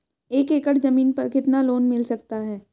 एक एकड़ जमीन पर कितना लोन मिल सकता है?